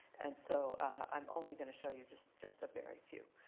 and so i'm only going to show you just just a very few.